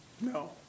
No